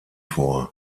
vor